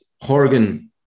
Horgan